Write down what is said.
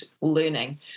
learning